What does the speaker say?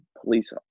police